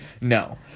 No